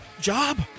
job